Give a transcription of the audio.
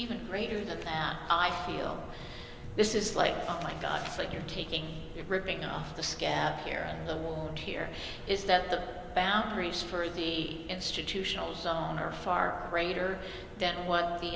even greater than i feel this is like oh my god it's like you're taking your ripping off the scare here at the wall and here is that the boundaries for the institutional zone are far greater than what the